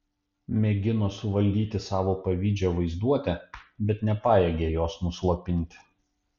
mėgino suvaldyti savo pavydžią vaizduotę bet nepajėgė jos nuslopinti